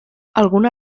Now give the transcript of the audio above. alguna